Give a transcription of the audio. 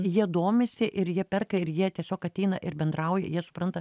jie domisi ir jie perka ir jie tiesiog ateina ir bendrauja jie supranta